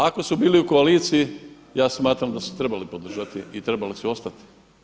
Ako su bili u koaliciji ja smatram da su trebali podržati i trebali su ostati.